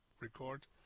record